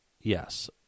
Yes